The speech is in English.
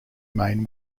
main